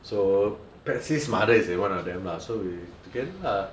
so Patsy's mother is one of them ah so we together lah